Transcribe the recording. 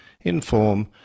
inform